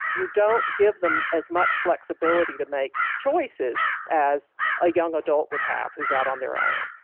you don't give them as much flexibility to make choices as a young adult would have. who's out on their own?